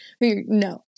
No